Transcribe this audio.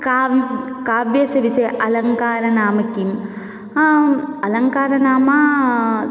का काव्यस्य विषये अलङ्कारः नाम किं अलङ्कारः नाम